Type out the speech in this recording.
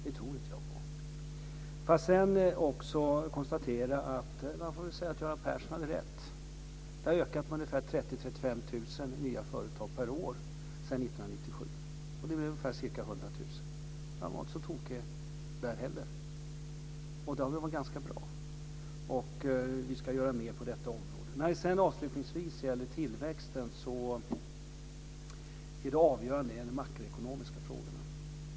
Det tror jag inte på. Sedan konstaterar jag att Göran Persson hade rätt. Det har tillkommit ca 30 000-35 000 nya företag per år sedan 1997, och det blir sammanlagt ca 100 000 företag. Han räknade inte så tokigt där heller. Det har gått ganska bra, och vi ska göra mer på detta område. Avslutningsvis är det de makroekonomiska frågorna som är avgörande för tillväxten.